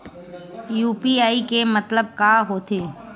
UPI के मतलब का होथे?